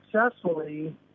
successfully